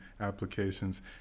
applications